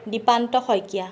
Dipanta Saikia